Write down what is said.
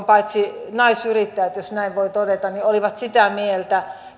paitsi yrittäjänaiset jos näin voi todeta olivat sitä mieltä